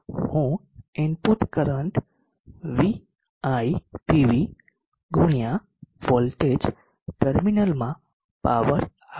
હું input current VIpv ગુણ્યા voltage ટર્મિનલમાં પાવર આપશે